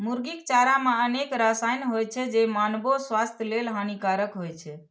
मुर्गीक चारा मे अनेक रसायन होइ छै, जे मानवो स्वास्थ्य लेल हानिकारक होइ छै